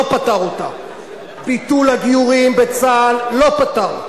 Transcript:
והוא לא פתר אותה, ביטול הגיורים בצה"ל, לא פתר,